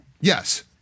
Yes